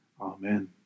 Amen